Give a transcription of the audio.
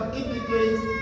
indicates